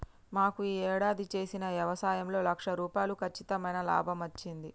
మాకు యీ యేడాది చేసిన యవసాయంలో లక్ష రూపాయలు కచ్చితమైన లాభమచ్చింది